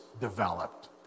developed